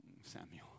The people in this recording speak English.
Samuel